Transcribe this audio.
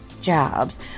jobs